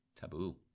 taboo